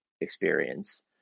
experience